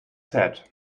head